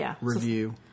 review